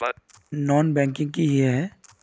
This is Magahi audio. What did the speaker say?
नॉन बैंकिंग किए हिये है?